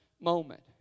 moment